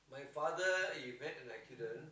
my father is went like accident